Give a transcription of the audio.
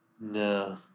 No